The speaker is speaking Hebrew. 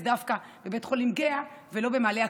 דווקא בבית חולים גהה ולא במעלה הכרמל,